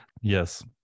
yes